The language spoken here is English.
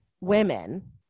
women